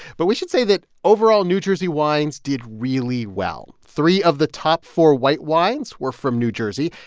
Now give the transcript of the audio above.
but we should say that, overall, new jersey wines did really well. three of the top four white wines were from new jersey.